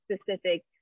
specific